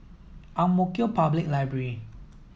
Ang Mo Kio Public Library